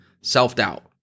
self-doubt